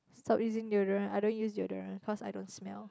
stop using deodorant I don't use deodorant cause I don't smell